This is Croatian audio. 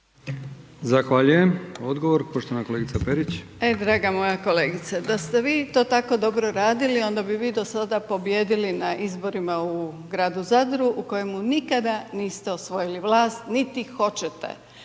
Zahvaljujem. Odgovor poštovana kolegica Perić. **Perić, Grozdana (HDZ)** E draga moja kolegice, da ste vi to tako dobro radili onda bi vi do sada pobijedili na izborima u Gradu Zadru u kojemu nikada niste osvojili vlast niti hoćete,